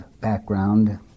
background